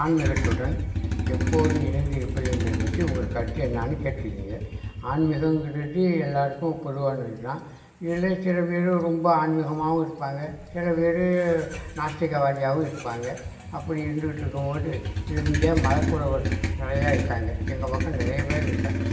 ஆன்மீகத்துடன் எப்போது இணைந்து இருப்பேன் என்பது பற்றி உங்கள் கருத்து என்னென்னு கேட்டிருக்கீங்க ஆன்மீகங்கறது எல்லாேருக்கும் பொதுவானதுதான் இதிலே சில பேர் ரொம்ப ஆன்மீகமாகவும் இருப்பாங்க சில பேர் நாத்திகவாதியாவும் இருப்பாங்க அப்படி இருந்துகிட்டு இருக்கும் போது இங்கே மரக்குறவர் நிறையா இருக்காங்க எங்கள் பக்கம் நிறைய பேர் இருக்காங்க